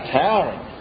towering